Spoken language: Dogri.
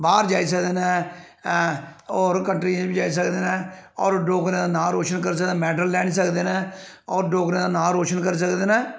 बाह्र जाई सकदे न होर कंट्रियें च बी जाई सकदे न होर डोगरें दा नांऽ रोशन करी सकदे न मैडल लेआनी सकदे न होर डोगरें दा नांऽ रोशन करी सकदे न